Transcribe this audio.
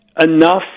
enough